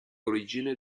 origine